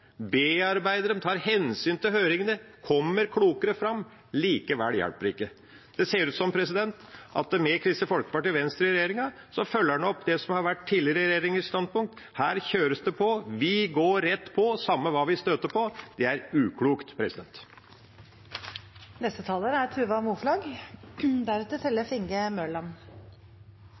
tar hensyn til høringene, kommer klokere fram. Likevel hjelper det ikke. Det ser ut som at en med Kristelig Folkeparti og Venstre i regjeringa følger opp det som har vært tidligere regjeringers standpunkt: Her kjøres det på – vi går rett på, samme hva vi støter på. Det er uklokt.